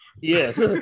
Yes